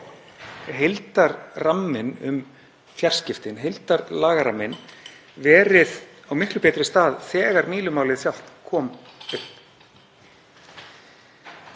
heildarramminn um fjarskiptin, heildarlagaramminn, verið á miklu betri stað þegar Mílumálið sjálft kom upp.